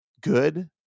good